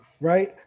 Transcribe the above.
Right